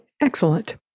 excellent